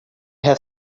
have